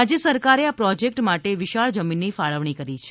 રાજ્ય સરકારે આ પ્રોજેક્ટ માટે વિશાળ જમીનની ફાળવણી કરી છે